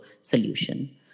solution